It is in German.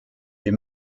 wir